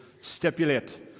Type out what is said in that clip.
stipulate